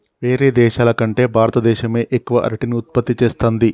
వేరే దేశాల కంటే భారత దేశమే ఎక్కువ అరటిని ఉత్పత్తి చేస్తంది